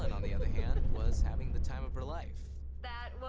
and on the other hand, was having the time of her life. that was